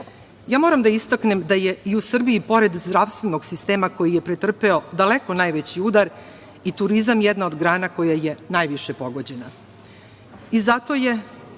da istaknem da je i u Srbiji, pored zdravstvenog sistema koji je pretrpeo daleko najveći udar, i turizam jedna od grana koja je najviše pogođena.